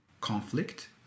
conflict